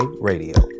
radio